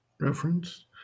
Reference